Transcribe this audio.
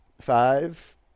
Five